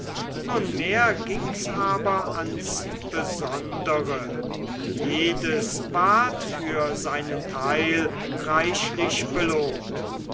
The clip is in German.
nunmehr ging's aber ans besondere jedes ward für seinen teil reichlich belohnt